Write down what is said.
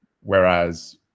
Whereas